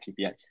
KPIs